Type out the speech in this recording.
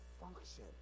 function